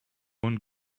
one